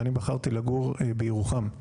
ואני בחרתי לגור בירוחם.